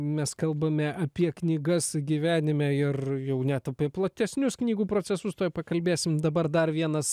mes kalbame apie knygas gyvenime ir jau net apie platesnius knygų procesus tuoj pakalbėsim dabar dar vienas